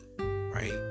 right